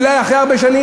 אלא אולי אחרי הרבה שנים.